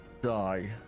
die